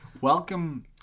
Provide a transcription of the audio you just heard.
Welcome